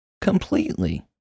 Completely